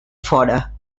fora